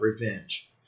revenge